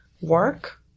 work